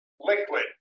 liquid